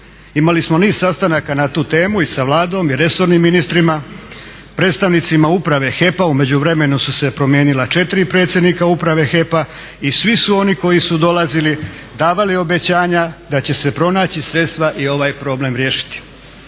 Imali smo niz sastanaka na tu temu i sa Vladom i resornim ministrima, predstavnicima uprave HEP-a. U međuvremenu su se promijenila 4 predsjednika uprave HEP-a i svi su oni koji su dolazili davali obećanja da će se pronaći sredstva i ovaj problem riješiti.